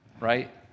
right